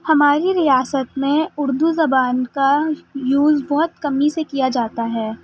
ہماری ریاست میں اردو زبان کا یوز بہت کمی سے کیا جاتا ہے